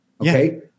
Okay